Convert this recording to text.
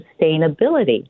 sustainability